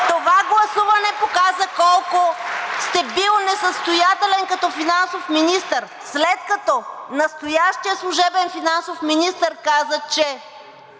Това гласуване показа колко сте били несъстоятелен като финансов министър, след като настоящият служебен финансов министър каза, че